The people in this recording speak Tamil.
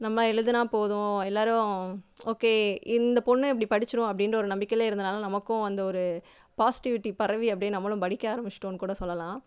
நம்ம எழுதுனா போதும் எல்லோரும் ஓகே இந்தப் பொண்ணு இப்படி படிச்சுரும் அப்படின்ற ஒரு நம்பிக்கையில் இருந்ததுனால நமக்கும் அந்த ஒரு பாசிட்டிவிட்டி பரவி அப்டே நம்மளும் படிக்க ஆரம்பிச்சுட்டோன்னுக் கூட சொல்லலாம்